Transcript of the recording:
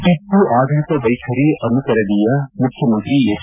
ಟಿಪ್ಪು ಆಡಳಿತ ವೈಖರಿ ಅನುಕರಣೀಯ ಮುಖ್ಯಮಂತ್ರಿ ಹೆಜ್